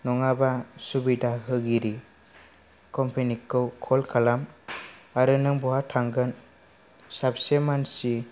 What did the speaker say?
नङाबा सुबिदा होगिरि कम्पेनिखौ कल खालाम आरो नों बहा थांगोन साबसे मानसि